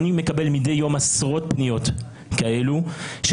מדי יום אני מקבל עשרות פניות כאלו של